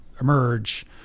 emerge